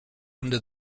under